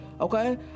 okay